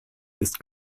ist